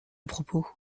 propos